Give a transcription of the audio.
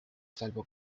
salvo